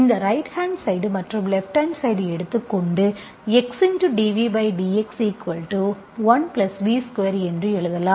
இந்த right hand side மற்றும் left hand side எடுத்துக் கொண்டு xdVdx 1V2 என்று எழுதலாம்